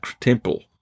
temple